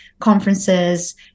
conferences